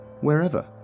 wherever